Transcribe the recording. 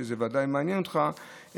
שזה ודאי מעניין אותך,